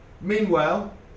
Meanwhile